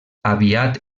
aviat